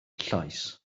llaes